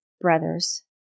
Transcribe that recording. brothers